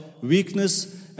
weakness